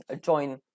join